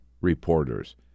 reporters